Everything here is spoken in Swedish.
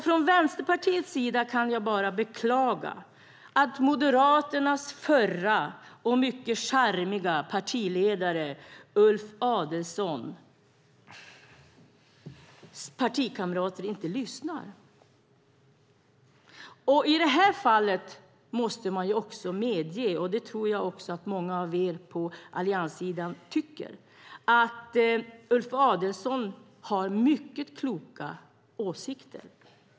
Från Vänsterpartiets sida kan jag bara beklaga att Moderaternas förre mycket charmige partiledare Ulf Adelsohns partikamrater inte lyssnade. Jag tror att många av er på allianssidan tycker att Ulf Adelsohn har mycket kloka åsikter.